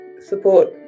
support